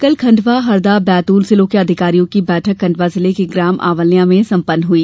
कल खण्डवा हरदा व बैतूल जिलों के अधिकारियों की बैठक खंडवा जिले के ग्राम आंवल्या में सम्पन्न हुई